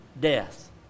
death